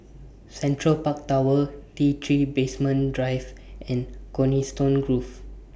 Central Park Tower T three Basement Drive and Coniston Grove